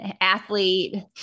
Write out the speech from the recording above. athlete